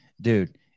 dude